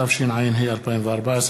התשע"ה 2014,